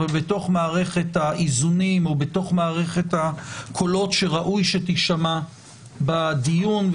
אבל בתוך מערכת האיזונים ובין מגוון הקולות שראוי שיישמעו בדיון,